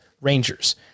Rangers